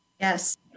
Yes